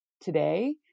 today